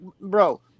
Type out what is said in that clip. bro